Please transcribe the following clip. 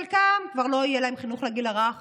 לחלקן כבר לא יהיה חינוך לגיל הרך